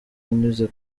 anyuze